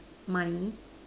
money